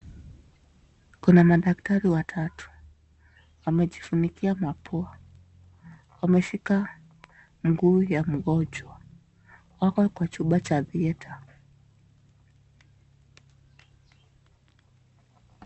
Kuna madaktari watatu. Wamejifunika mapua. Wameshika mguu ya mgonjwa . Wako kwa chumba cha theatre .